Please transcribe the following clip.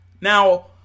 Now